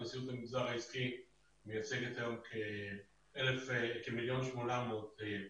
נשיאות המגזר העסקי מייצגת היום כ-1.8 מיליון עובדים,